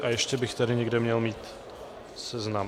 A ještě bych tady někde měl mít seznam.